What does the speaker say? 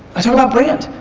i talk about brand.